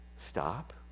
stop